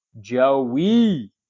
Joey